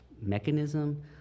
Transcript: mechanism